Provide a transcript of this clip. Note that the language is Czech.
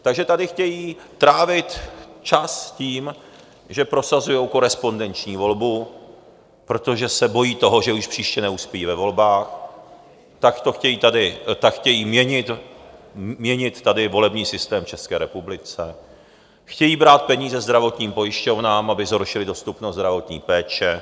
Takže tady chtějí trávit čas tím, že prosazují korespondenční volbu, protože se bojí toho, že už příště neuspějí ve volbách, tak chtějí měnit volební systém v České republice, chtějí brát peníze zdravotním pojišťovnám, aby zhoršili dostupnost zdravotní péče.